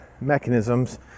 mechanisms